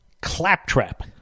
claptrap